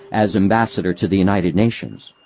as ambassador to the united nations.